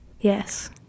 Yes